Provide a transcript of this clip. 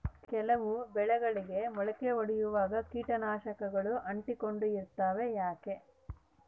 ಕೆಲವು ಬೆಳೆಗಳಿಗೆ ಮೊಳಕೆ ಒಡಿಯುವಾಗ ಕೇಟನಾಶಕಗಳು ಅಂಟಿಕೊಂಡು ಇರ್ತವ ಯಾಕೆ?